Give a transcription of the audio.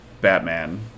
Batman